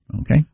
Okay